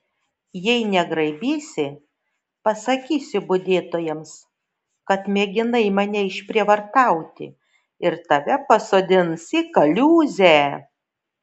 jei negraibysi pasakysiu budėtojams kad mėginai mane išprievartauti ir tave pasodins į kaliūzę